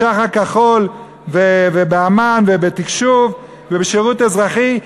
בשח"ר כחול ובאמ"ן ובתקשוב ובשירות אזרחי,